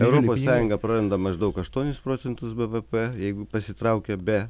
europos sąjunga praranda maždaug aštuonis procentus bvp jeigu pasitraukia be